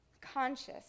conscious